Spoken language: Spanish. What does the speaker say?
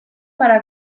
para